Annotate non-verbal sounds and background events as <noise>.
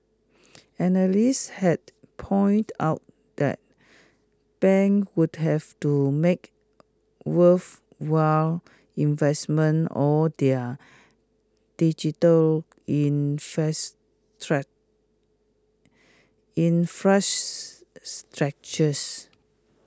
analysts had pointed out that banks would have to make worthwhile investments or their digital <unintelligible> infrastructures